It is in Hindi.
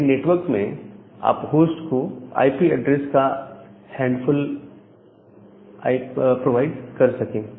ताकि नेटवर्क में आप होस्ट को आईपी ऐड्रेस का हैंडफुल प्रोवाइड कर सकें